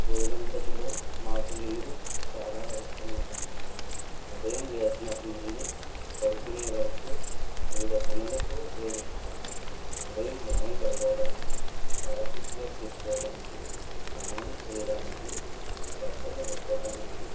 రోజంతటిలో మాకు నీరు చాలా అవసరం ఉంటుంది ఉదయం లేచినప్పటి నుండి పడుకునే వరకు వివిధ పనులకు ఉపయోగిస్తాం ఉదయం మొహం కడుక్కోవడానికి కాలకృత్యాలు తీర్చుకోవడానికి స్నానం చేయడానికి బట్టలు ఉతకడానికి